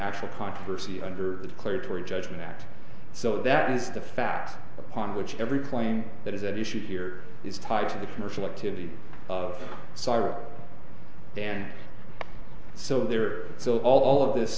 actual controversy under the declaratory judgment act so that is the facts upon which every claim that is at issue here is tied to the commercial activity of sorrow and so there so all of this